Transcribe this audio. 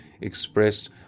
expressed